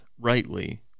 rightly